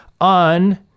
on